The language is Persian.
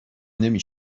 نمی